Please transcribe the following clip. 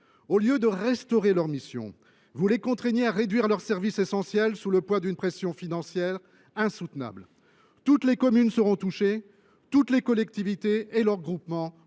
Au lieu de restaurer leurs missions, vous les contraignez à réduire leurs services essentiels sous le poids d’une pression financière insoutenable. Toutes les communes seront touchées. Toutes les collectivités territoriales